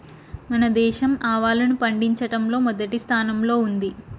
మన దేశం ఆవాలను పండిచటంలో మొదటి స్థానం లో ఉంది